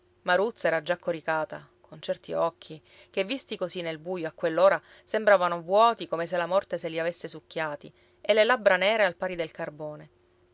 maruzza era già coricata con certi occhi che visti così nel buio a quell'ora sembravano vuoti come se la morte se li avesse succhiati e le labbra nere al pari del carbone